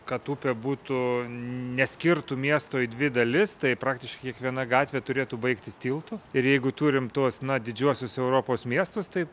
kad upė būtų neskirtų miesto į dvi dalis tai praktiškai kiekviena gatvė turėtų baigtis tiltu ir jeigu turim tuos na didžiuosius europos miestus tai